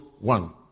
one